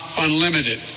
unlimited